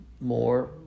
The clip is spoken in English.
more